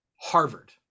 Harvard